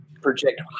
project